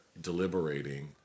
deliberating